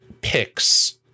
picks